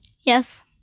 Yes